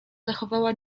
zachowała